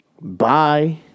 Bye